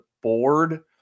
board